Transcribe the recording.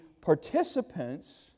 participants